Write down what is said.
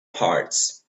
parts